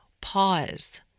pause